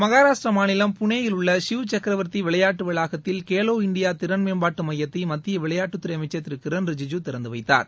மகாராஷ்டிர மாநிலம் புனேயில் உள்ள ஷிவ் சக்ரவர்த்தி விளையாட்டு வளாகத்தில் கேலோ இண்டியா திறன் மேம்பாட்டு மையத்தை மத்திய விளையாட்டுத்துறை அமைச்சர் திரு கிரண் ரிஜிஜு திறந்து வைத்தார்